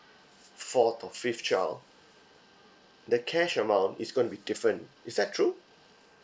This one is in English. fourth or fifth child the cash amount is gonna be different is that true